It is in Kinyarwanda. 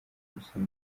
nelson